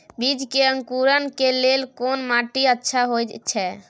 बीज के अंकुरण के लेल कोन माटी अच्छा होय छै?